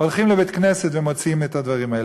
הולכים לבית-כנסת ומוציאים את הדברים האלה.